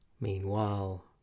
Meanwhile